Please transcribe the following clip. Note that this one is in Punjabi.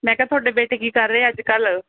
ਮੈਂ ਕਿਹਾ ਤੁਹਾਡੇ ਬੇਟੇ ਕੀ ਕਰ ਰਹੇ ਅੱਜ ਕੱਲ੍ਹ